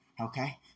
okay